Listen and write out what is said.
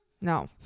No